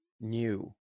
new